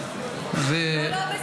זה לא בסדר,